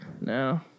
No